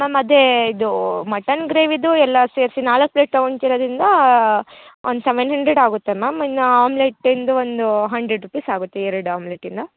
ma'am ಅದೇ ಇದು mutton ಗ್ರೇವಿದು ಎಲ್ಲ ಸೇರಿಸಿ ನಾಲ್ಕು ಪ್ಲೇಟ್ ತಗೊಂತಿರೋದ್ರಿಂದ ಒಂದು ಸೆವೆನ್ ಹಂಡ್ರೆಡ್ ಆಗುತ್ತೆ ಮ್ಯಾಮ್ ಇನ್ನು ಆಮ್ಲೆಟ್ಟಿಂದು ಒಂದು ಹಂಡ್ರೆಡ್ ರುಪೀಸ್ ಆಗುತ್ತೆ ಎರಡು ಆಮ್ಲೆಟಿಂದು